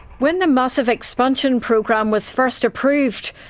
when the massive expansion program was first approved,